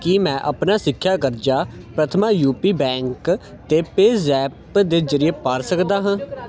ਕੀ ਮੈਂ ਆਪਣਾ ਸਿੱਖਿਆ ਕਰਜ਼ਾ ਪ੍ਰਥਮਾ ਯੂਪੀ ਬੈਂਕ 'ਤੇ ਪੇਜ਼ੈਪ ਦੇ ਜ਼ਰੀਏ ਭਰ ਸਕਦਾ ਹਾਂ